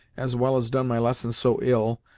as well as done my lessons so ill,